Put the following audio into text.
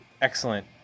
excellent